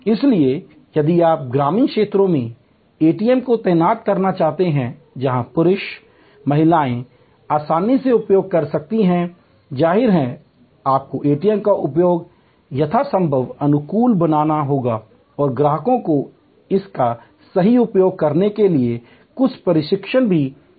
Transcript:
इसलिए यदि आप ग्रामीण क्षेत्रों में एटीएम को तैनात करना चाहते हैं जहां पुरुष महिलाएं आसानी से उपयोग कर सकते हैं जाहिर है आपको एटीएम का उपयोग यथासंभव अनुकूल बनाना होगा और ग्राहकों को इसका सही उपयोग करने के लिए कुछ प्रशिक्षण भी प्रदान करना होगा